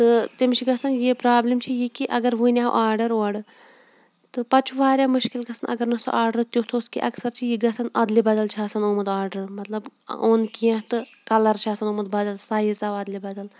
تہٕ تٔمِس چھُ گژھان یہِ پرٛابلِم چھِ یہِ کہِ اگر وُنۍ آو آرڈَر اورٕ تہٕ پَتہٕ چھُ واریاہ مُشکل گژھان اگر نہٕ سُہ آرڈَر تیُتھ اوس کینٛہہ اکثر چھِ یہِ گژھان اَدلہِ بدل چھِ آسان آمُت آرڈَر مطلب اوٚن کینٛہہ تہٕ کَلَر چھِ آسان آمُت بدل سایز آو اَدلہِ بدل